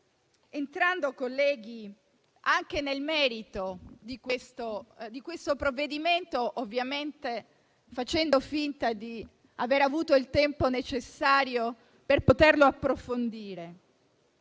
Parlamento. Colleghi, entro nel merito di questo provvedimento, ovviamente facendo finta di aver avuto il tempo necessario per approfondirlo.